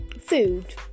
food